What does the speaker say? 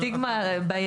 יש לכם סטיגמה בעייתית.